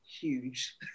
huge